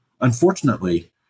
Unfortunately